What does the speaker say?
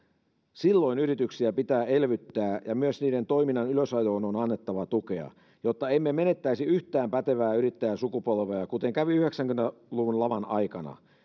silloin yrityksiä pitää elvyttää ja myös niiden toiminnan ylösajoon on annettava tukea jotta emme menettäisi yhtään pätevää yrittäjäsukupolvea kuten kävi yhdeksänkymmentä luvun laman aikana